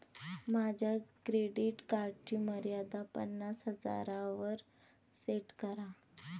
माझ्या क्रेडिट कार्डची मर्यादा पन्नास हजारांवर सेट करा